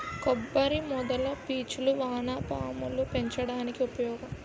కొబ్బరి మొదల పీచులు వానపాములు పెంచడానికి ఉపయోగం